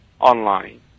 online